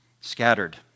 Scattered